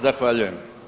Zahvaljujem.